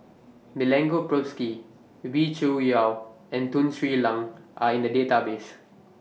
Milenko Prvacki Wee Cho Yaw and Tun Sri Lanang Are in The Database